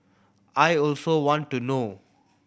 I also want to know